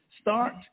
start